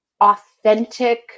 authentic